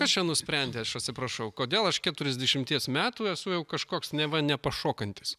kas čia nusprendė aš atsiprašau kodėl aš keturiasdešimties metų esu jau kažkoks neva nepašokantis